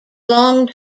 long